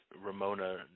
Ramona